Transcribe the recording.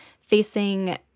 facing